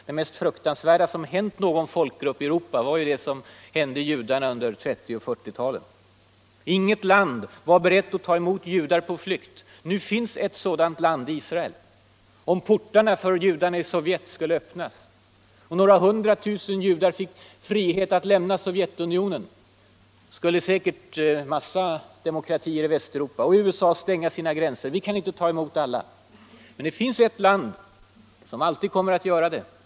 Det mest fruktansvärda som hänt någon folkgrupp i Europa var ju det som drabbade judarna under 1930 och 1940 talen. Inget land var då berett att ta emot judar på flykt. Nu finns ett sådant land — Israel. Om portarna för judarna i Sovjet skulle öppnas och några hundra tusen judar fick frihet att lämna Sovjetunionen, skulle säkerligen en mängd demokratier i Västeuropa stänga sina gränser. Vi kan inte ta emot alla, skulle man säga. Men det finns ett land som alltid kommer att göra det.